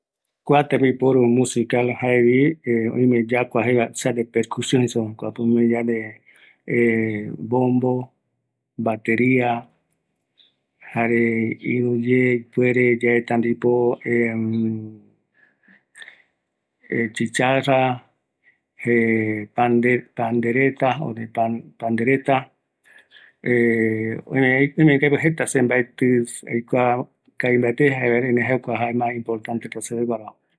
Kua de percusion, tambora o bombo, bateria, caja o tamborita, chicharra